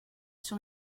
sur